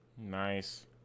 Nice